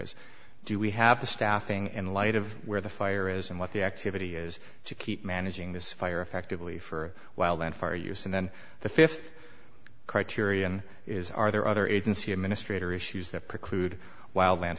is do we have the staffing in light of where the fire is and what the activity is to keep managing this fire effectively for a while and far use and then the fifth criterion is are there other agency administrator issues that preclude wild land